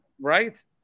right